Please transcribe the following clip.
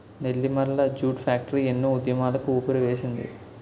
Nellimarla jute factory ఎన్నో ఉద్యమాలకు ఊపిరివేసింది